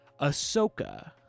Ahsoka